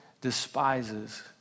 despises